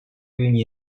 对于